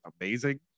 amazing